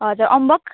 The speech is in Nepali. हजुर अम्बक